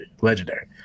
legendary